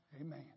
Amen